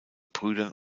brüdern